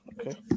Okay